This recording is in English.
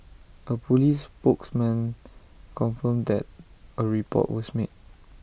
A Police spokesman confirmed that A report was made